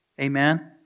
Amen